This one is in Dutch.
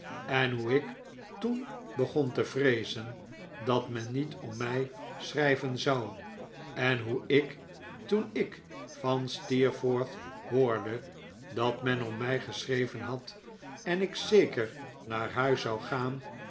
en hoe ik toen begon te vreezen dat men niet om mij schrijven zou en hoe ik toen ik van steerforth hoorde dat men om mij geschreven had en ik zeker naar huis zou gaan